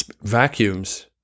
Vacuums